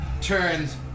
turns